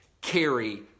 carry